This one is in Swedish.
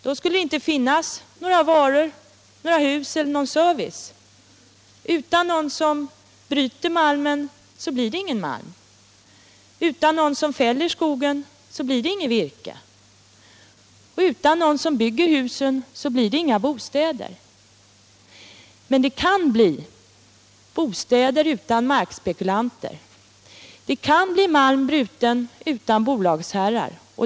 Då skulle det inte finnas varor, hus eller service. Utan någon som bryter malmen blir det ingen malm. Utan någon som fäller skogen blir det inget virke. Utan någon som bygger husen blir det inga bostäder. Men det kan bli bostäder utan markspekulanter. Det kan bli malm bruten utan bolagsherrar.